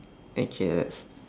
okay let's